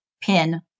pin